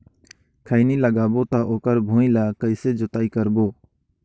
खैनी लगाबो ता ओकर भुईं ला कइसे जोताई करबो?